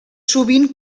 sovint